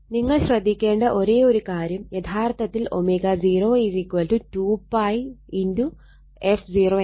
നിങ്ങൾ ശ്രദ്ധിക്കേണ്ട ഒരേയൊരു കാര്യം യഥാർത്ഥത്തിൽ ω0 2π f0 എന്നാണ്